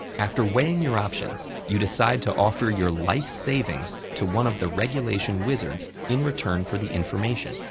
after weighing your options, you decide to offer your life's savings to one of the regulation wizards in return for the information,